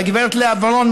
לגברת לאה ורון,